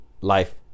life